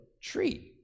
tree